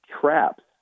traps